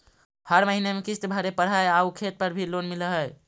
हर महीने में किस्त भरेपरहै आउ खेत पर भी लोन मिल है?